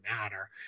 matter